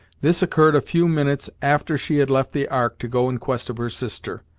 this occurred a few minutes after she had left the ark to go in quest of her sister,